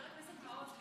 חבר הכנסת מעוז,